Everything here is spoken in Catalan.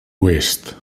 oest